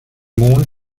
mond